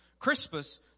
Crispus